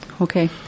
Okay